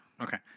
Okay